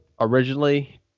originally